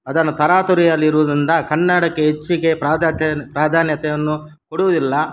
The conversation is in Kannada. ಅದನ್ನು ತರಾತುರಿಯಲ್ಲಿರುವುದರಿಂದ ಕನ್ನಡಕ್ಕೆ ಹೆಚ್ಚಿಗೆ ಪ್ರಾದಾತ್ಯನ್ ಪ್ರಾಧಾನ್ಯತೆಯನ್ನು ಕೊಡುವುದಿಲ್ಲ